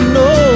no